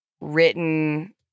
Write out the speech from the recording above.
Written